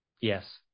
yes